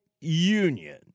Union